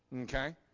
Okay